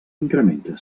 incrementa